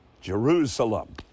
Jerusalem